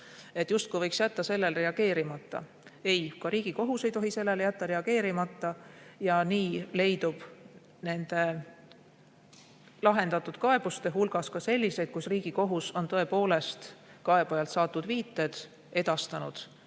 on kriminaalkuritegu, reageerimata. Ei, ka Riigikohus ei tohi sellele jätta reageerimata ja nii leidub nende lahendatud kaebuste hulgas ka selliseid, kus Riigikohus on tõepoolest kaebajalt saadud viited edastanud